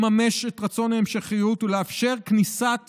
לממש את רצון ההמשכיות ולאפשר כניסת